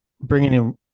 bringing